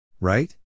right